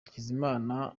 hakizimana